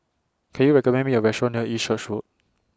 Can YOU recommend Me A Restaurant near East Church Road